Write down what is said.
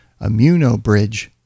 immunobridge